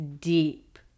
deep